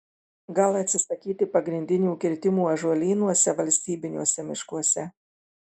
gal atsisakyti pagrindinių kirtimų ąžuolynuose valstybiniuose miškuose